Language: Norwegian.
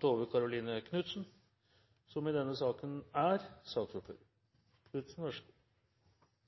Tove Karoline Knutsen, som holder sitt innlegg på vegne av Thomas Breen, som er sakens ordfører. Velferdsstatens tjenester er i